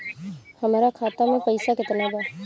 हमरा खाता में पइसा केतना बा?